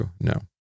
No